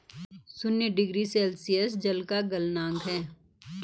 शून्य degree Celsius जल का गलनांक है